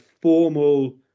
formal